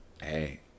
Hey